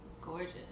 gorgeous